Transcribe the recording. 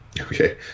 Okay